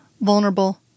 vulnerable